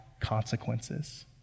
consequences